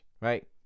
right